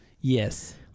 Yes